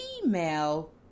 female